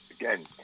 Again